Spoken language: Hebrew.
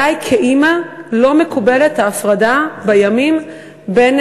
עלי כאימא לא מקובלת ההפרדה בימים בין